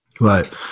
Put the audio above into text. right